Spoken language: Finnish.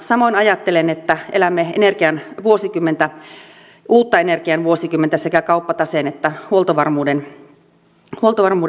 samoin ajattelen että elämme uutta energian vuosikymmentä sekä kauppataseen että huoltovarmuuden kannalta